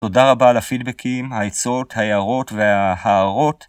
תודה רבה לפידבקים, העצות, ההאהרות וההערות.